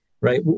Right